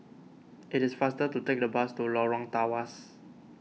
it is faster to take the bus to Lorong Tawas